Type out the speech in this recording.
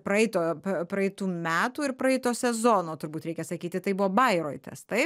praeito praeitų metų ir praeito sezono turbūt reikia sakyti tai buvo bairoitas tai